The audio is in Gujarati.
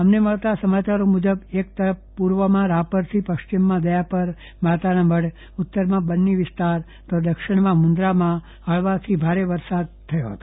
અમને મળતા સમાચારો મુજબ એક તરફ પૂર્વમાં રાપરથી પશ્ચિમમાં દયાપર માતાનામઢ ઉત્તરમાં બન્ની વિસ્તાર તો દરિયામાં મુંદરામાં હળવાથી ભારે વરસાદ થયો હતો